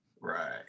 Right